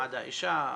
מעמד האישה,